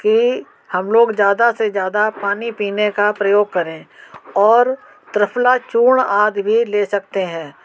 कि हम लोग ज़्यादा से ज़्या दा पानी पीने का प्रयोग करें और त्रिफला चूर्ण आदि भी ले सकते हैं